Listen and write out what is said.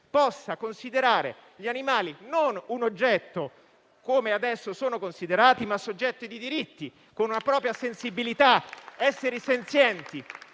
possa considerare gli animali non un oggetto, come adesso sono considerati, ma soggetti di diritti, con una propria sensibilità, esseri senzienti.